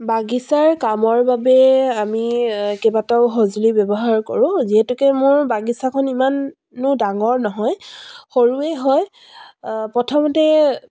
বাগিচাৰ কামৰ বাবে আমি কেইবাটাও সঁজুলি ব্যৱহাৰ কৰোঁ যিহেতুকে মোৰ বাগিচাখন ইমানো ডাঙৰ নহয় সৰুৱে হয় প্ৰথমতে